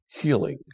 healing